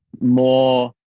more